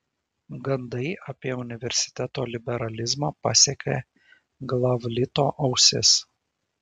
gandai apie universiteto liberalizmą pasiekė glavlito ausis